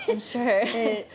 Sure